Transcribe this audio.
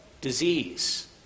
Disease